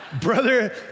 Brother